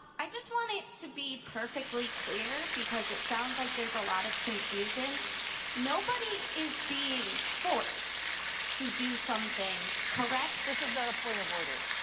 i just want it to be perfectly clear because it sounds like there's a lot of confusion nobody is being forced to do something, correct? is not a point of order.